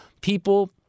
people